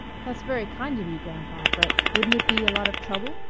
that's very kind of you, grampa, but wouldn't it be a lot of trouble?